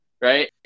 right